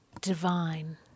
divine